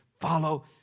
follow